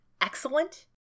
excellent